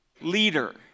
leader